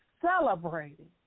celebrating